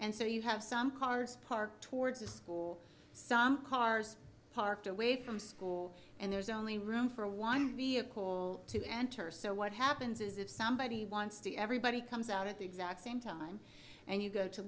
and so you have some cards parked towards the school some cars parked away from school and there's only room for one vehicle to enter so what happens is if somebody wants to everybody comes out at the exact same time and you go to